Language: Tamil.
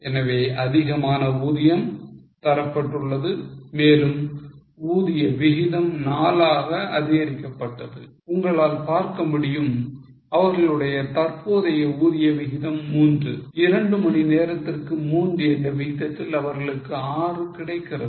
எனவே அதிகமான ஊதியம் தரப்பட்டது மேலும் ஊதிய விகிதம் 4 ஆக அதிகரிக்கப்பட்டது உங்களால் பார்க்க முடியும் அவர்களுடைய தற்போதைய ஊதிய விகிதம் 3 இரண்டு மணி நேரத்திற்கு 3 என்ற விகிதத்தில் அவர்களுக்கு 6 கிடைக்கிறது